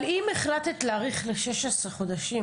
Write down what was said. אבל אם החלטת להאריך ל-16 חודשים,